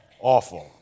awful